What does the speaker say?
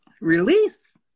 Release